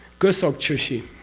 gusok chu shi.